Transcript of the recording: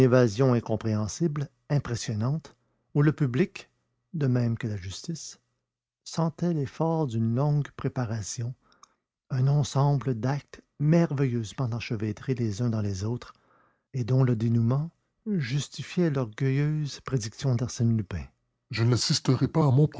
évasion incompréhensible impressionnante où le public de même que la justice sentait l'effort d'une longue préparation un ensemble d'actes merveilleusement enchevêtrés les uns dans les autres et dont le dénouement justifiait l'orgueilleuse prédiction d'arsène lupin je n'assisterai pas à mon